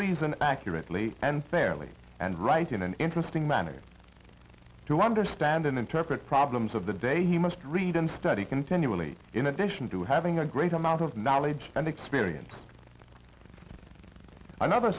reason accurately and fairly and write in an interesting managed to understand and interpret problems of the day he must read and study continually in addition to having a great amount of knowledge and experience another